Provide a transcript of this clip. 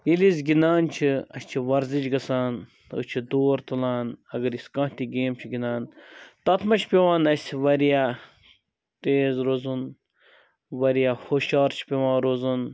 ییٚلہِ أسۍ گِندان چھِ أسۍ چھِ ورزِش گَژھان أسۍ چھِ تُلان اگر أسۍ کانٛہہ تہِ گیم چھِ گِندان تَتھ مَنٛز چھِ پٮ۪وان اَسہِ واریاہ تیز روزُن واریاہ ہُشیار چھُ پٮ۪وان روزُن